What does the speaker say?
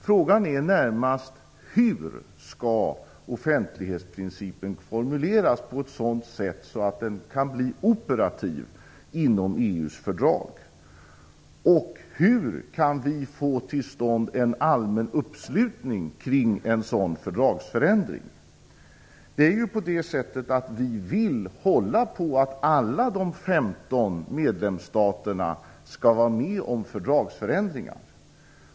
Frågan är närmast hur offentlighetsprincipen skall formuleras så att den kan bli operativ inom EU:s fördrag och hur vi skall kunna få till stånd en allmän uppslutning kring en sådan fördragsförändring. Vi vill hålla på att alla de 15 medlemsstaterna skall vara med om fördragsförändringar.